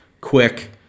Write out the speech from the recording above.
quick